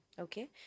Okay